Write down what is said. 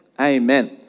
Amen